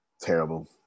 terrible